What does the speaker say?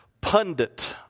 pundit